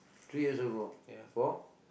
three years ago for